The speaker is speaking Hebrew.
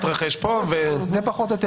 זה פחות או יותר.